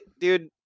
dude